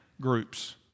groups